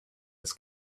his